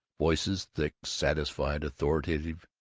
voices thick, satisfied, authoritative,